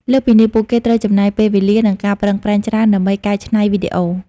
លើសពីនេះ ពួកគេត្រូវចំណាយពេលវេលានិងការប្រឹងប្រែងច្រើនដើម្បីកែច្នៃវីដេអូ។